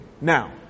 now